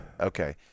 Okay